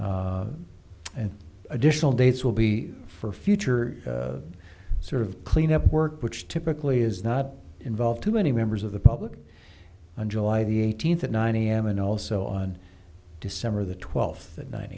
pm and additional dates will be for future sort of cleanup work which typically is not involved too many members of the public on july the eighteenth at nine am and also on december the twelfth at nine